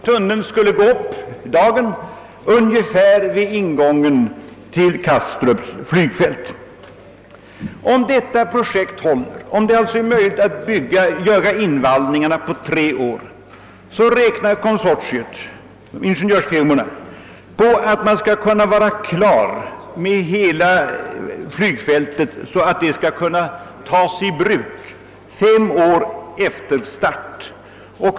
Tunneln skulle gå upp i dagen ungefär vid ingången till Kastrups flygfält. Om det projektet håller — om det alltså är möjligt att göra invallningen på tre år — räknar ingenjörsfirmorna inom konsortiet med att man skall kunna vara klar med hela flygfältet så att det kan tas i bruk fem år efter byggstarten.